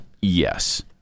Yes